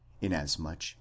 inasmuch